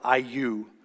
IU